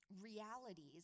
realities